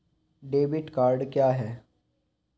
Debit card क्या है?